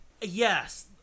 Yes